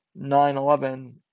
9/11